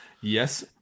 Yes